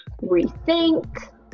rethink